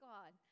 God